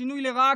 שינוי לרעה,